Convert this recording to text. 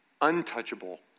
untouchable